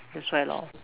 that's why lor